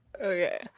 Okay